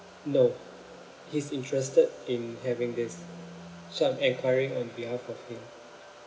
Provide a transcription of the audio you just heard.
no he's interested in having this so I'm enquiring on behalf of him